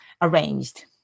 arranged